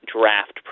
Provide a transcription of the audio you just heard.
draft